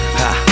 ha